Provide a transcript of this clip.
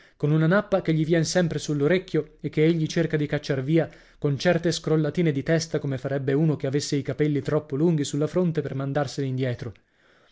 con una nappa che gli vien sempre sull'orecchio e che egli cerca di cacciar via con certe scrollatine di testa come farebbe uno che avesse i capelli troppo lunghi sulla fronte per mandarseli indietro